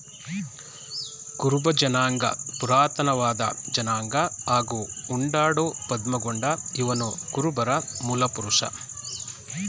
ಕುರುಬ ಜನಾಂಗ ಪುರಾತನವಾದ ಜನಾಂಗ ಹಾಗೂ ಉಂಡಾಡು ಪದ್ಮಗೊಂಡ ಇವನುಕುರುಬರ ಮೂಲಪುರುಷ